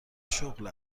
شغل